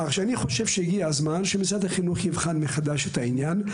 אני חושב שהגיע הזמן שמשרד החינוך יבחן מחדש את העניין.